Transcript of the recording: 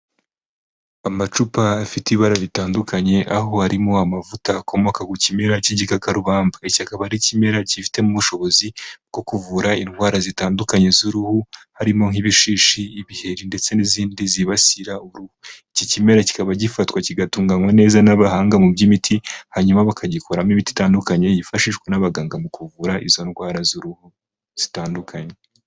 Amacupa afite ibara ritandukanye aho arimo amavuta akomoka ku kimera cy'igikakarubamba, iki akaba ari ikimera kifitemo ubushobozi bwo kuvura indwara zitandukanye z'uruhu harimo nk'ibishishi, ibiheri ndetse n'izindi zibasira uruhu, iki kimera kikaba gifatwa kigatunganywa neza n'abahanga mu by'imiti hanyuma bakagikoramo imiti ibitandukanye yifashishwa n'abaganga mu kuvura izo ndwara z'uruhu zitandukanye.